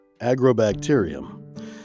agrobacterium